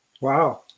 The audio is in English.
Wow